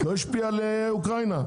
לא השפיע על אוקראינה?